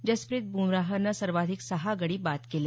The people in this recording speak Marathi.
जसप्रीत ब्मराहनं सर्वाधिक सहा गडी बाद केले